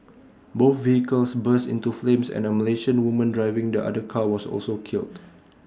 both vehicles burst into flames and A Malaysian woman driving the other car was also killed